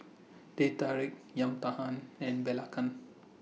Teh Tarik Yam Talam and Belacan